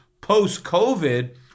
post-COVID